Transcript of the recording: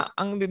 ang